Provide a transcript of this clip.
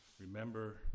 remember